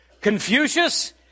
Confucius